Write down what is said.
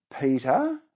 Peter